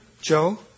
Joe